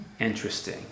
interesting